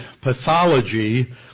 pathology